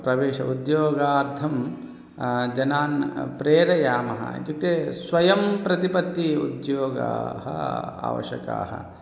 प्रवेशः उद्योगार्थं जनान् प्रेरयामः इत्युक्ते स्वयं प्रतिपत्ति उद्योगाः आवश्यकाः